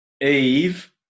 eve